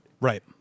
Right